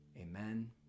Amen